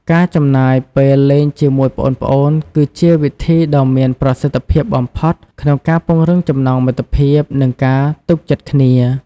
ការចំណាយពេលលេងជាមួយប្អូនៗ គឺជាវិធីដ៏មានប្រសិទ្ធភាពបំផុតក្នុងការពង្រឹងចំណងមិត្តភាព និងការទុកចិត្តគ្នា។